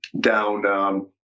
down